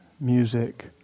music